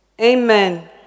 Amen